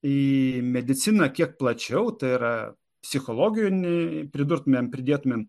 į mediciną kiek plačiau tai yra psichologinį pridurtumėm pridėtumėm